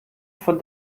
von